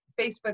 Facebook